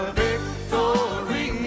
victory